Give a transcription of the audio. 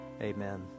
Amen